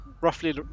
roughly